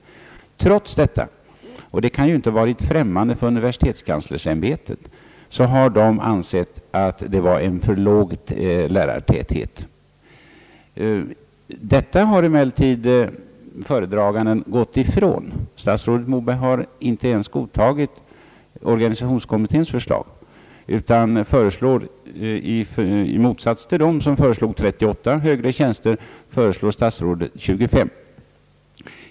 Trots detta — det kan ju inte ha varit främmande för universitetskanslersämbetet — har man ansett det vara en för låg lärartäthet. Detta har emellertid den föredragande gått ifrån. Statsrådet Moberg har inte ens godtagit organisationskommitténs förslag utan föreslår i motsats till den, som föreslog 38 högre tjänster, 25.